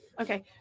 okay